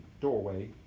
doorway